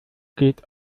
geht